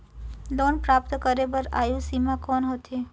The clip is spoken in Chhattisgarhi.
लोन प्राप्त करे बर आयु सीमा कौन होथे?